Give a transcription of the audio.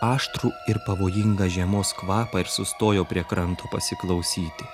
aštrų ir pavojingą žiemos kvapą ir sustojo prie kranto pasiklausyti